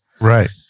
Right